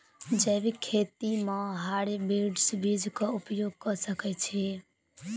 जैविक खेती म हायब्रिडस बीज कऽ उपयोग कऽ सकैय छी?